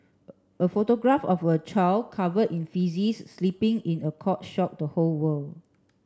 a photograph of a child covered in faeces sleeping in a cot shocked the whole world